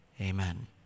Amen